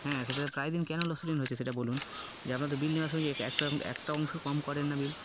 হ্যাঁ সেটা তো প্রায় দিন কেন লসলীন হয়েছে সেটা বলুন যে আপনার তো বিল নেওয়া সম যে একটা একটা অংশ কম করেন না বিল